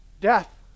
Death